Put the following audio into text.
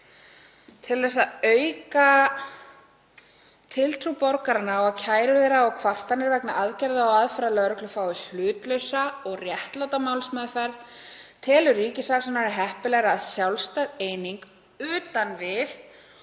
til að auka tiltrú borgaranna á að kærur þeirra og kvartanir vegna aðgerða og aðferða lögreglu fái hlutlausa og réttláta málsmeðferð telur ríkissaksóknari heppilegra að sjálfstæð eining, utan við